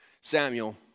Samuel